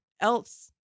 else